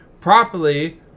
properly